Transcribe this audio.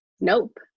Nope